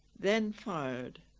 then fired